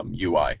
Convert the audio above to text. UI